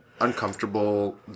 uncomfortable